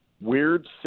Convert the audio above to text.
weird